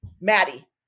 Maddie